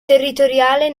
territoriale